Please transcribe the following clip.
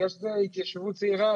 בגלל שזאת התיישבות צעירה,